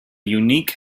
unique